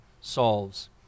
solves